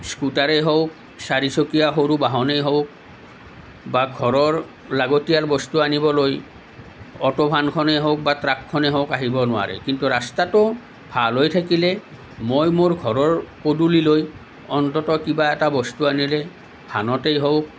স্কুটাৰে হওক চাৰিচকীয়া সৰু বাহনে হওক বা ঘৰৰ লাগতিয়াল বস্তু আনিবলৈ অ'ট' ভানখনে হওক বা ট্ৰাকখনে হওক আহিব নোৱাৰে কিন্তু ৰাস্তাটো ভাল হৈ থাকিলে মই মোৰ ঘৰৰ পদুলিলৈ অন্ততঃ কিবা এটা বস্তু আনিলে ভানতেই হওক